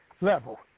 level